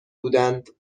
بودند